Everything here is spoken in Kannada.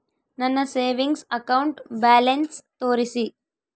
ನನ್ನ ಸೇವಿಂಗ್ಸ್ ಅಕೌಂಟ್ ಬ್ಯಾಲೆನ್ಸ್ ತೋರಿಸಿ?